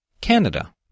Canada